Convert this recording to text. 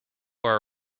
our